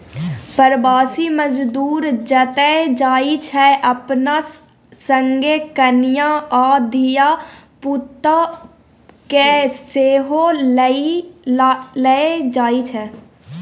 प्रबासी मजदूर जतय जाइ छै अपना संगे कनियाँ आ धिया पुता केँ सेहो लए जाइ छै